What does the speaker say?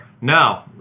No